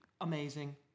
amazing